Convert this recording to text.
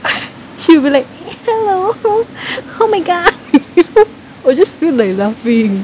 she will be like hello oh my god I'm just here like laughing